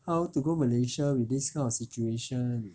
how to go malaysia with this kind of situation